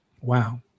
wow